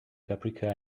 paprika